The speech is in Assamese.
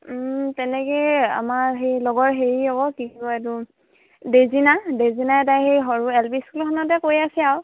তেনেকৈ আমাৰ সেই লগৰ হেৰি আকৌ কি কয় এইটো ডেজিনা ডেজিনা তাই সেই সৰু এল পি স্কুলখনতে কৰি আছে আৰু